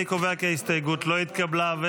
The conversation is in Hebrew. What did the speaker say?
אני קובע כי ההסתייגות לא התקבלה.